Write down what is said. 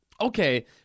okay